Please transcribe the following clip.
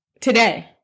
Today